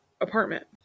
apartment